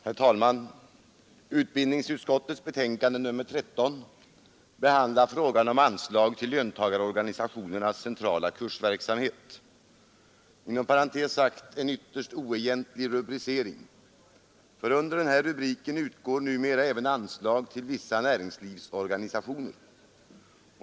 Herr talman! Utbildningsutskottets betänkande nr 13 behandlar frågan om anslag till löntagarorganisationernas centrala kursverksamhet. Inom parentes sagt är detta en ytterst oegentlig rubricering. Under denna rubrik utgår nämligen numera anslag även till vissa näringslivsorganisationer.